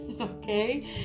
okay